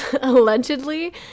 allegedly